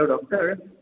hello doctor